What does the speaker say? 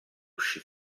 uscì